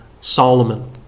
Solomon